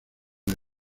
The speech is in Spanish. del